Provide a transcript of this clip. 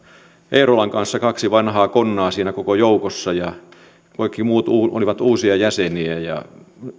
eerolan kanssa kaksi vanhaa konnaa siinä koko joukossa ja kaikki muut olivat uusia jäseniä